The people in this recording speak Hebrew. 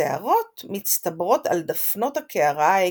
השערות מצטברות על דפנות הקערה ההיקפית,